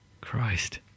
Christ